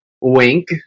Wink